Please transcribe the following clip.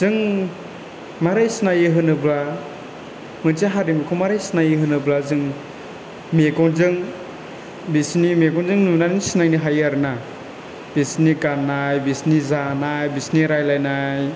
जों मारै सिनायो होनोब्ला मोनसे हारिमुखौ माबोरै सिनायो होनोब्ला जों मेगनजों बेसिनि मेगनजों नुनानै सिनायनो हायो आरो ना बिसोरनि गाननाय बिसोरनि जानाय बिसोरनि रायलायनाय